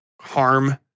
harm